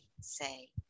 say